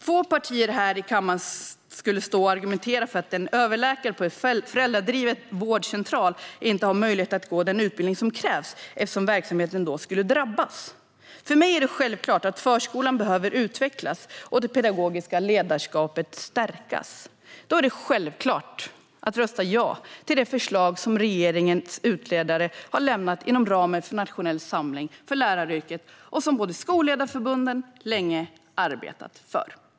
Få partier skulle stå här i kammaren och argumentera för att en överläkare på en föräldradriven vårdcentral inte ska ha möjlighet att gå den utbildning som krävs eftersom verksamheten då skulle drabbas. För mig är det självklart att förskolan behöver utvecklas och att det pedagogiska ledarskapet behöver stärkas. Då är det självklart att rösta ja till det förslag som regeringens utredare har lämnat inom ramen för nationell samling för läraryrket och som båda skolledarförbunden länge har arbetat för.